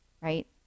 right